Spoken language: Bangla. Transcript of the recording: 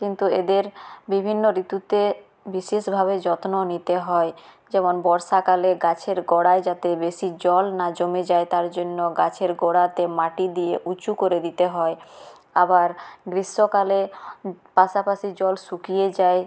কিন্তু এদের বিভিন্ন ঋতুতে বিশেষ ভাবে যত্ন নিতে হয় যেমন বর্ষাকালে গাছের গোঁড়ায় যাতে বেশি জল না জমে যায় তা রজন্য গাছের গোঁড়াতে মাটি দিয়ে উঁচু করে দিতে হয় আবার গ্রীষ্মকালে পাশাপাশি জল শুকিয়ে যায়